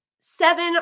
seven